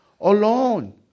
alone